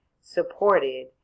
supported